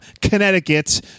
Connecticut